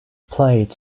played